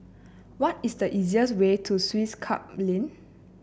what is the easiest way to Swiss Club Lane